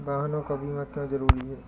वाहनों का बीमा क्यो जरूरी है?